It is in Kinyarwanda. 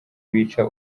bica